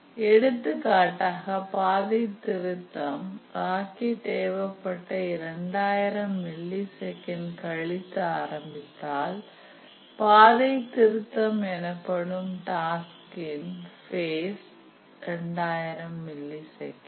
எடுத்து காட்டாக பாதை திருத்தம் ராக்கெட் ஏவப்பட்ட 2000 மில்லி செகண்ட் கழித்து ஆரம்பித்தால் பாதை திருத்தம் எனப்படும் டாஸ்க்கின் பேஸ் 2000 மில்லி செகண்ட்